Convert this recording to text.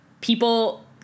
people